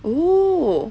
oo